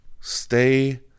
stay